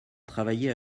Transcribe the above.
travailler